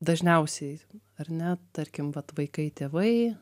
dažniausiai ar ne tarkim vat vaikai tėvai